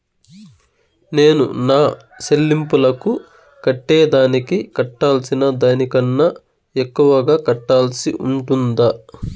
నేను నా సెల్లింపులకు కట్టేదానికి కట్టాల్సిన దానికన్నా ఎక్కువగా కట్టాల్సి ఉంటుందా?